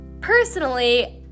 personally